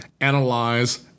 analyze